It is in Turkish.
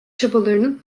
çabalarının